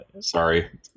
Sorry